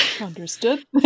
Understood